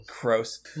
gross